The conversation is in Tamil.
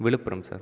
விழுப்புரம் சார்